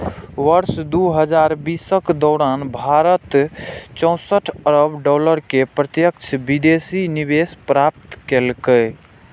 वर्ष दू हजार बीसक दौरान भारत चौंसठ अरब डॉलर के प्रत्यक्ष विदेशी निवेश प्राप्त केलकै